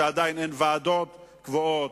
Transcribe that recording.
לזה שעדיין אין ועדות קבועות,